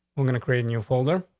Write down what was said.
we're gonna create a new folder,